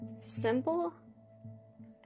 simple